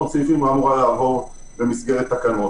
סעיפים לא אמורה לעבור במסגרת תקנות.